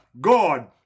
God